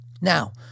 Now